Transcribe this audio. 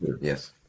Yes